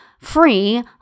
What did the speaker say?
free